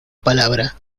palabra